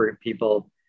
people